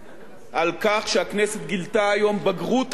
על כך שהכנסת גילתה היום בגרות, אחריות,